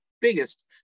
biggest